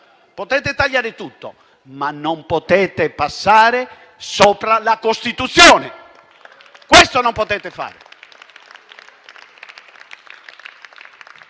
potete tagliare tutto, ma non potete passare sopra la Costituzione. Questo non potete farlo